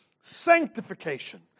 Sanctification